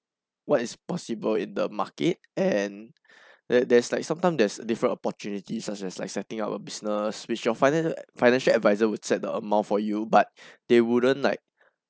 what is possible in the market and there there's like sometime there's different opportunities such as like setting up a business which your financial financial adviser would set the amount for you but they wouldn't like